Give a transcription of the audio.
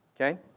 Okay